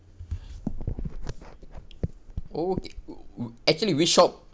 oh actually which shop